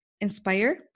inspire